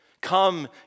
Come